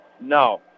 No